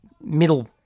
middle